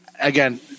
again